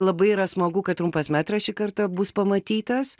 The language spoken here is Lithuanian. labai yra smagu kad trumpas metras šį kartą bus pamatytas